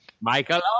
Michael